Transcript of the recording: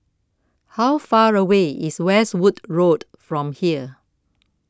how far away is Westwood Road from here